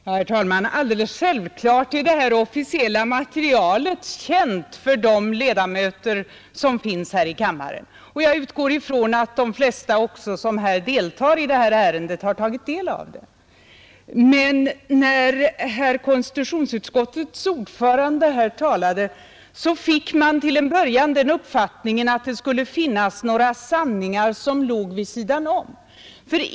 Herr talman! Alldeles självklart är detta officiella material känt för de ledamöter som finns här i kammaren. Jag utgår ifrån att de flesta som har deltagit i detta ärendes behandling också har tagit del av det. Men när konstitutionsutskottets ordförande här talade, fick man till en början den uppfattningen att det skulle finnas några nya sanningar som låg vid sidan om.